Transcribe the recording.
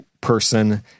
person